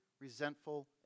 resentful